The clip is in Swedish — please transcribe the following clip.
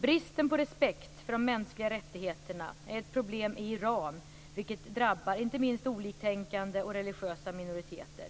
Bristen på respekt för de mänskliga rättigheterna är ett problem i Iran, vilket drabbar inte minst oliktänkande och religiösa minoriteter.